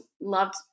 loved